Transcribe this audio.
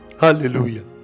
hallelujah